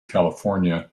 california